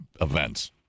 events